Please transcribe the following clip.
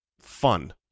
fun